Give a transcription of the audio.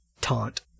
taunt